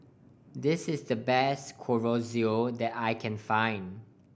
this is the best Chorizo that I can find